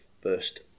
first